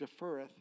deferreth